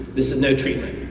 this is no treatment.